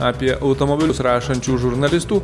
apie automobilius rašančių žurnalistų